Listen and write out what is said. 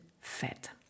fat